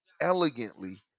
Elegantly